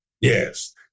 Yes